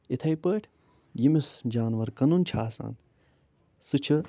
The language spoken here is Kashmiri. یِتھَے پٲٹھۍ ییٚمِس جانوَر کٕنُن چھِ آسان سُہ چھِ